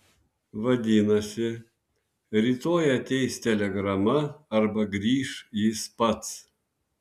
vadinasi rytoj ateis telegrama arba grįš jis pats